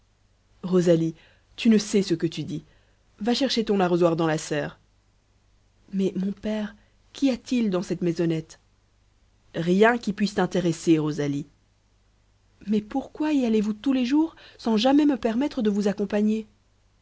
rosalie tu ne sais ce que tu dis va chercher ton arrosoir dans la serre mais mon père qu'y a-t-il dans cette maisonnette rien qui puisse t'intéresser rosalie mais pourquoi y allez-vous tous les jours sans jamais me permettre de vous accompagner